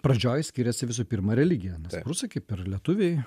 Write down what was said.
pradžioj skyrėsi visų pirma religija prūsai kaip ir lietuviai